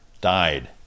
died